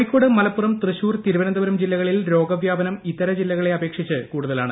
കോഴിക്കോട് മലപ്പുറം തൃശൂർ തിരുവനന്തപുരം ജില്ലകളിൽ രോഗവ്യാപനം ഇതര ജില്ലകളെ അപേക്ഷിച്ച് കൂടുതലാണ്